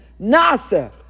Nasa